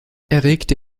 erregte